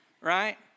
right